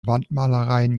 wandmalereien